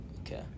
Okay